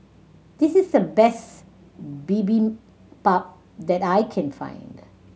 this is the best Bibimbap that I can find